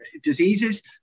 diseases